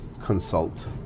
consult